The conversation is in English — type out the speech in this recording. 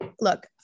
look